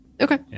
Okay